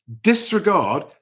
disregard